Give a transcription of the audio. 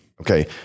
Okay